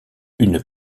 une